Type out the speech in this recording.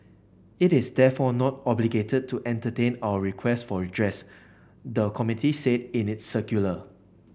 it is therefore not obligated to entertain our requests for redress the committee said in its circular